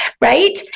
right